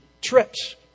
trips